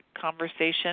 conversation